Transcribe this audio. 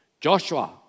Joshua